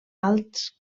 alts